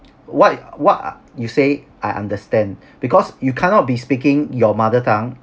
what what you say I understand because you cannot be speaking your mother tongue